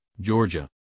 Georgia